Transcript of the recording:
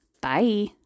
Bye